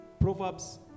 Proverbs